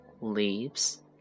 leaves